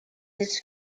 his